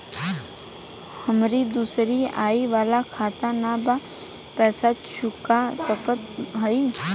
हमारी दूसरी आई वाला खाता ना बा पैसा चुका सकत हई?